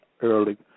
early